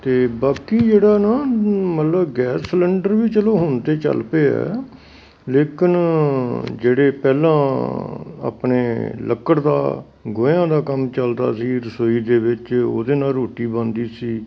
ਅਤੇ ਬਾਕੀ ਜਿਹੜਾ ਨਾ ਮਤਲਬ ਗੈਸ ਸਿਲੰਡਰ ਵੀ ਚਲੋ ਹੁਣ ਤਾਂ ਚੱਲ ਪਏ ਹੈ ਲੇਕਿਨ ਜਿਹੜੇ ਪਹਿਲਾਂ ਆਪਣੇ ਲੱਕੜ ਦਾ ਗੋਹਿਆਂ ਦਾ ਕੰਮ ਚੱਲਦਾ ਸੀ ਰਸੋਈ ਦੇ ਵਿੱਚ ਉਹਦੇ ਨਾਲ਼ ਰੋਟੀ ਬਣਦੀ ਸੀ